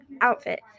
outfit